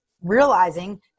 Realizing